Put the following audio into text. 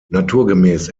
naturgemäß